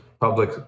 public